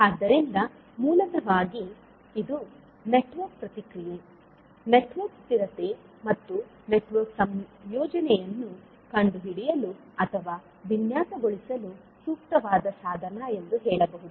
ಆದ್ದರಿಂದ ಮೂಲತಃವಾಗಿ ಇದು ನೆಟ್ವರ್ಕ್ ಪ್ರತಿಕ್ರಿಯೆ ನೆಟ್ವರ್ಕ್ ಸ್ಥಿರತೆ ಮತ್ತು ನೆಟ್ವರ್ಕ್ ಸಂಯೋಜನೆಯನ್ನು ಕಂಡುಹಿಡಿಯಲು ಅಥವಾ ವಿನ್ಯಾಸಗೊಳಿಸಲು ಸೂಕ್ತವಾದ ಸಾಧನ ಎಂದು ಹೇಳಬಹುದು